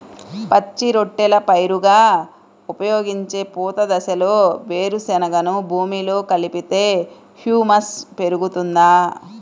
పచ్చి రొట్టెల పైరుగా ఉపయోగించే పూత దశలో వేరుశెనగను భూమిలో కలిపితే హ్యూమస్ పెరుగుతుందా?